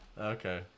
Okay